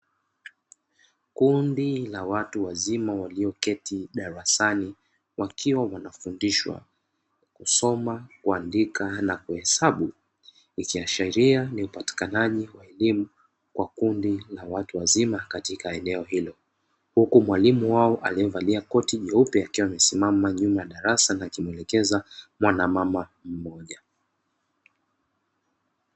Kundi la watu wazima walioketi darasani wakiwa wanafundishwa kusoma, kuandika, na kuhesabu ikiashiria ni upoatikanaji wa elimu kwa kundi la watu wazima katika eneo hilo uku mwalimu wao aliyevalia koti jeupe akiwa amesimama nyuma ya darasa akimuelekeza mwanamama mmoja.